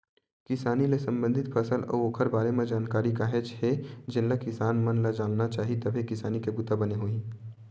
किसानी ले संबंधित फसल अउ ओखर बारे म जानकारी काहेच के हे जेनला किसान मन ल जानना चाही तभे किसानी के बूता बने होही